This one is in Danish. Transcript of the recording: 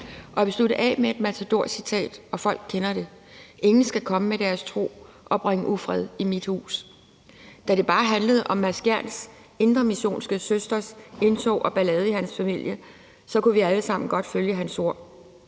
Jeg vil slutte af med et »Matador«-citat, og folk kender det: »Ingen skal komme med deres tro og bringe ufred i mit hus«. Da det bare handlede om Mads Andersen-Skjerns indremissionske søsters indtog og ballade i hans familie, kunne vi alle sammen godt følge hans ord,